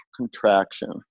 contraction